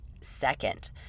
Second